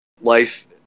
life